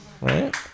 Right